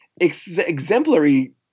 exemplary